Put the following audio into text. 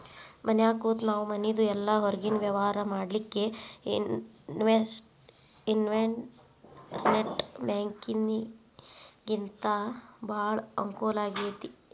ಮನ್ಯಾಗ್ ಕೂತ ನಾವು ಮನಿದು ಇಲ್ಲಾ ಹೊರ್ಗಿನ್ ವ್ಯವ್ಹಾರಾ ಮಾಡ್ಲಿಕ್ಕೆ ಇನ್ಟೆರ್ನೆಟ್ ಬ್ಯಾಂಕಿಂಗಿಂದಾ ಭಾಳ್ ಅಂಕೂಲಾಗೇತಿ